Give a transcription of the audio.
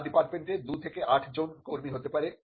তার ডিপার্টমেন্টে দুই থেকে আট জন কর্মী হতে পারে